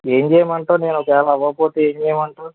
ఏమి చేయమంటావు నేను ఒకవేళ అవ్వకపోతే ఏమి చేయమంటావు